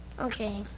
Okay